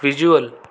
visual